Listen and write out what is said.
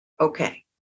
okay